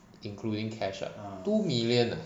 including cash ah two million ah